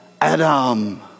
Adam